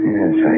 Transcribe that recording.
Yes